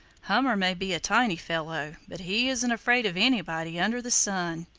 hummer may be a tiny fellow but he isn't afraid of anybody under the sun.